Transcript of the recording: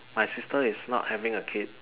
my sister is not having a kid